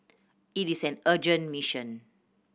it is an urgent mission